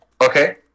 Okay